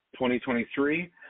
2023